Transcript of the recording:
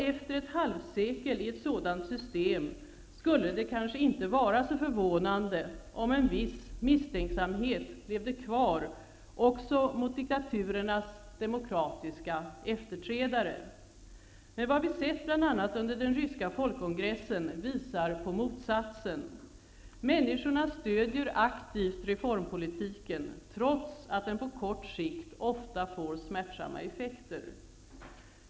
Efter ett halvsekel med ett sådant system skulle det kanske inte vara så förvånande om en viss misstänksamhet levde kvar också mot diktaturernas demokratiska efterträdare. Men vad vi har sett under den ryska folkkongressen visar på motsatsen. Människorna stödjer aktivt reformpolitiken, trots att den på kort sikt ofta får smärtsamma effekter.